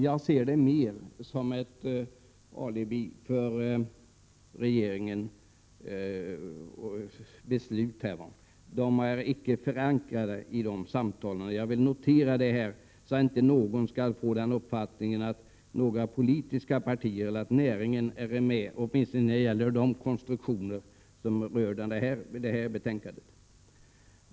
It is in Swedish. Jag ser det mer som ett alibi för regeringen. Besluten är icke förankrade i dessa samtal, och jag vill notera detta så att inte någon skall få den uppfattningen att några politiska partier eller jordbruksnäringen är delaktiga i de konstruktioner som gäller detta betänkande.